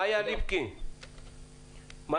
מאיה ליפקין, בבקשה.